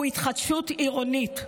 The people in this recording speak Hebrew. הוא התחדשות עירונית,